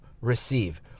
receive